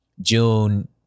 June